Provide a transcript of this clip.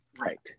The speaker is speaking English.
right